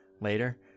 later